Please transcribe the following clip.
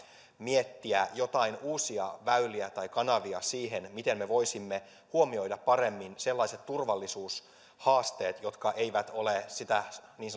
miettiä joitain uusia väyliä tai kanavia siihen miten me voisimme huomioida paremmin sellaiset turvallisuushaasteet jotka eivät ole sitä niin